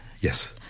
Yes